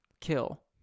kill